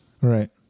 Right